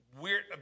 weird